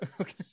Okay